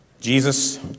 Jesus